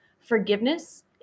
forgiveness